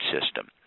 system